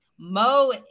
Mo